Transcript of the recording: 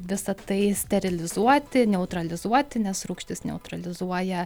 visa tai sterilizuoti neutralizuoti nes rūgštis neutralizuoja